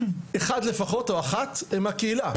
אחד לפחות או אחת הם מהקהילה,